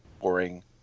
boring